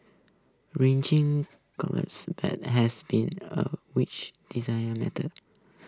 riching has been A rich desire matter